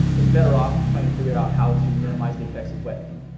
it's better off trying to figure out how to minimize the effects of wet feet.